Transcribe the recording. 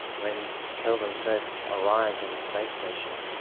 when kelvin first arrives on the space station,